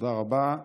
תודה רבה.